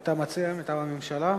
אתה מציע מטעם הממשלה?